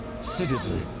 citizen